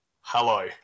hello